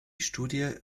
studie